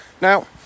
Now